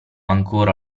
ancora